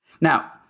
Now